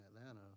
Atlanta